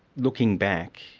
looking back,